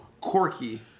quirky